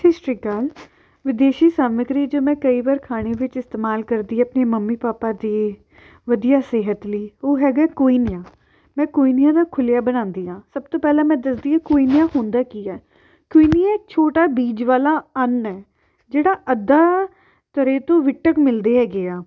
ਸਤਿ ਸ਼੍ਰੀ ਅਕਾਲ ਵਿਦੇਸ਼ੀ ਸਮੱਗਰੀ ਜੋ ਮੈਂ ਕਈ ਵਾਰ ਖਾਣੇ ਵਿੱਚ ਇਸਤੇਮਾਲ ਕਰਦੀ ਆਪਣੇ ਮੰਮੀ ਪਾਪਾ ਦੀ ਵਧੀਆ ਸਿਹਤ ਲਈ ਉਹ ਹੈਗਾ ਕੋਈਨੀਆ ਮੈਂ ਕੋਈਨੀਆ ਦਾ ਖੁੱਲੀਆ ਬਣਾਉਂਦੀ ਹਾਂ ਸਭ ਤੋਂ ਪਹਿਲਾਂ ਮੈਂ ਦੱਸਦੀ ਹਾਂ ਕੋਈਨੀਆ ਹੁੰਦਾ ਕੀ ਆ ਕੋਈਨੀਆ ਇੱਕ ਛੋਟਾ ਬੀਜ ਵਾਲਾ ਅੰਨ ਹੈ ਜਿਹੜਾ ਅੱਧਾ ਤਰੇ ਤੋਂ ਵਿਟਕ ਮਿਲਦੇ ਹੈਗੇ ਹਾਂ